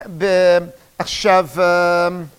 ‫ועכשיו...